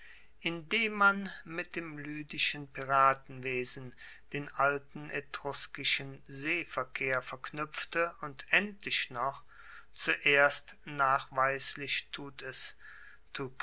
indem man mit dem lydischen piratenwesen den alten etruskischen seeverkehr verknuepfte und endlich noch zuerst nachweislich tut es